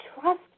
trust